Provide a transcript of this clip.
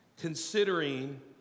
considering